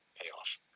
payoff